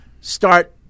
start